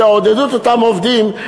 תעודדו את אותם עובדים.